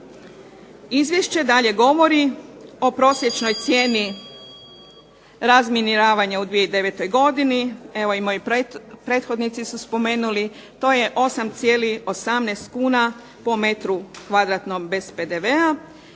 Izvješće dalje govori o prosječnoj cijeni razminiravanja u 2009. godini. Evo i moji prethodnici su spomenuli, to je 8,18 kuna po m2 bez PDV-a